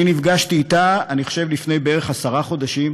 אני נפגשתי אתה בערך לפני עשרה חודשים.